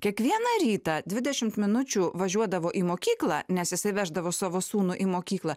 kiekvieną rytą dvidešimt minučių važiuodavo į mokyklą nes jisai veždavo savo sūnų į mokyklą